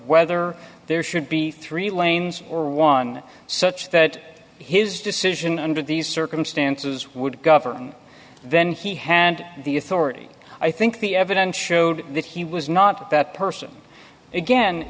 whether there should be three lanes or one such that his decision under these circumstances would govern then he had the authority i think the evidence showed that he was not that person again